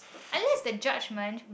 unless the judgement